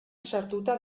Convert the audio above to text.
sartuta